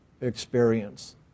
experience